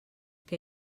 que